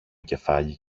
κεφάλι